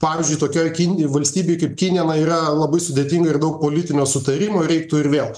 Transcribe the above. pavyzdžiui tokioj kin valstybei kaip kinija na yra labai sudėtinga ir daug politinio sutarimo reiktų ir vėl